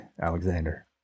Alexander